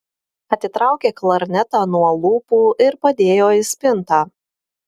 atitraukė klarnetą nuo lūpų ir padėjo į spintą